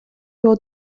його